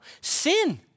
Sin